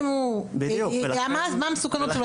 מה המסוכנות שלו?